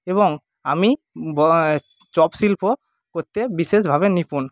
এবং আমি চপশিল্প করতে বিশেষভাবে নিপুণ